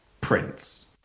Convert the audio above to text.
Prince